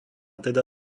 teda